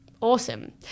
awesome